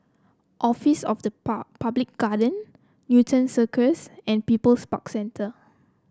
office of the Public Guardian Newton Circus and People's Park Centre